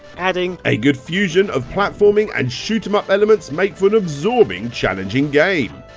adding a good fusion of platform and and shoot'em up elements makes for an absorbing challenging game.